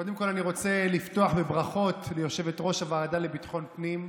קודם כול אני רוצה לפתוח בברכות ליושבת-ראש הוועדה לביטחון פנים.